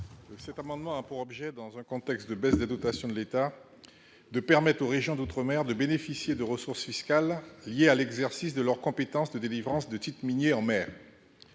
Cet amendement a pour objet, dans un contexte de baisse des dotations de l'État, de permettre aux régions d'outre-mer de bénéficier de ressources fiscales liées à l'exercice de leur compétence de délivrance de titres miniers en mer.